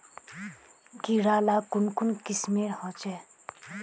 कीड़ा ला कुन कुन किस्मेर होचए?